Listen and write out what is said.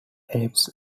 apes